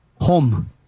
home